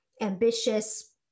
ambitious